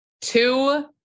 two